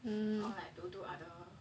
mmhmm or like don't do other